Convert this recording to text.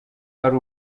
ari